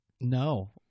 No